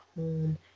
home